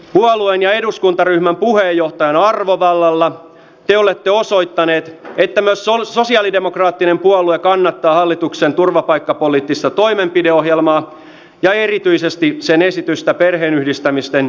puolueen ja eduskuntaryhmän puheenjohtajan arvovallalla te olette osoittaneet että myös sosialidemokraattinen puolue kannattaa hallituksen turvapaikkapoliittista toimenpideohjelmaa ja erityisesti sen esitystä perheenyhdistämisten tiukentamisesta